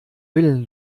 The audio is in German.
willen